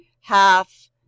half